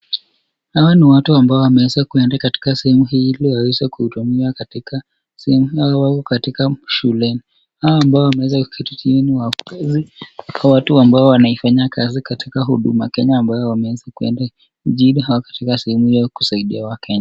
Hawa ni watu ambao wameweza kuenda katika simu hii ili waweze kuitumia katika simu yao wako katika shuleni. Hawa ambao wameweza kukitutii ni wa kazi. Hawa watu ambao wanaifanyia kazi katika huduma Kenya ambayo wameweza kuenda jili au katika simu ya kusaidia wao.